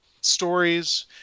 stories